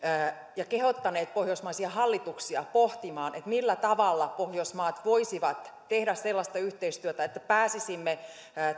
ja kehottaneet pohjoismaisia hallituksia pohtimaan millä tavalla pohjoismaat voisivat tehdä sellaista yhteistyötä että pääsisimme